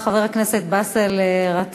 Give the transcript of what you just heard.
חבר הכנסת איתן ברושי,